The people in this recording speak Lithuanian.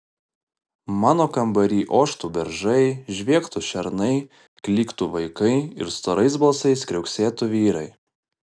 mano kambary oštų beržai žviegtų šernai klyktų vaikai ir storais balsais kriuksėtų vyrai